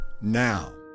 now